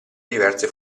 diverse